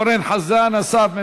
אורן חזן אסף,